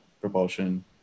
propulsion